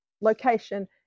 location